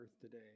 today